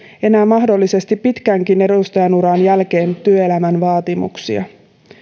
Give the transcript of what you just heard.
enää mahdollisesti pitkänkin edustajanuran jälkeen työelämän vaatimuksia